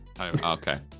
Okay